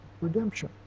redemption